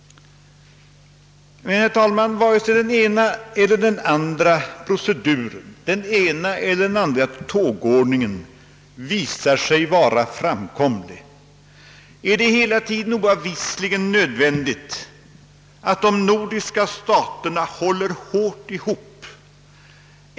Men, herr talman, antingen nu den ena eller den andra proceduren, den ena eller den andra tågordningen visar sig vara användbar så är det hela tiden oavvisligen nödvändigt att de nordiska staterna håller ihop.